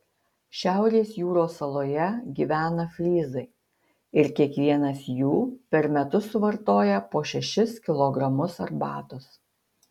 šiaurės jūros saloje gyvena fryzai ir kiekvienas jų per metus suvartoja po šešis kilogramus arbatos